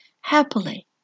happily